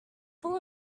full